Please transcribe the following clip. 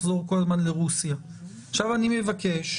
עכשיו אני מבקש